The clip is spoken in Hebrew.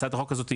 הצעת החוק הזאת,